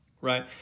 right